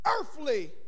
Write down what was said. earthly